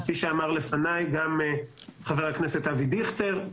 כפי שאמר לפניי חבר הכנסת אבי דיכטר,